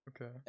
okay